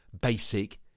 basic